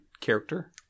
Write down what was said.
character